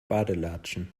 badelatschen